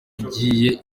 yagiye